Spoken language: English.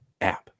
app